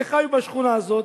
שחיו בשכונה הזאת,